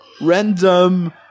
random